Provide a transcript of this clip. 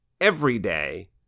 everyday